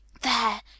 There